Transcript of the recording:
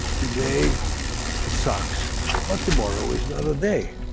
today it sucks but tomorrow is another day.